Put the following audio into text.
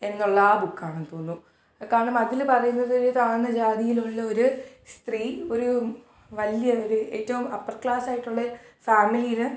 എന്നുള്ള ആ ബുക്കാണെന്ന് തോന്നുന്നു കാരണം അതിൽ പറയുന്നത് താഴ്ന്ന ജാതീലുള്ളൊരു സ്ത്രീ ഒരു വലിയ ഒരു ഏറ്റോം അപ്പർ ക്ലാസായിട്ടുള്ള ഫാമിലീൽ